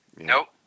Nope